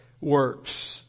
works